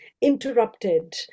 interrupted